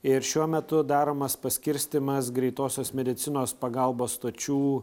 ir šiuo metu daromas paskirstymas greitosios medicinos pagalbos stočių